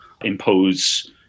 impose